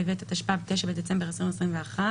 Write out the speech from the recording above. התש"ף-2020 (להלן החוק),